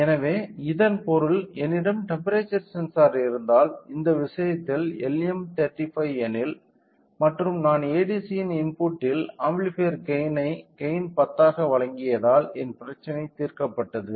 எனவே இதன் பொருள் என்னிடம் டெம்ப்பெரேச்சர் சென்சார் இருந்தால் இந்த விஷயத்தில் LM 35 எனில் மற்றும் நான் ADCயின் இன்புட்டில் ஆம்பிளிபையர் கெய்ன் ஐ கெய்ன் 10 ஆக வழங்கியதால் என் பிரச்சினை தீர்க்கப்பட்டது